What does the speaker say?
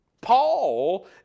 Paul